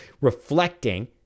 reflecting